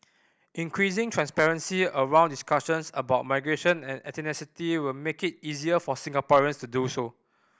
increasing transparency around discussions about migration and ethnicity will make it easier for Singaporeans to do so